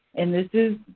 and this is